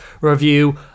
review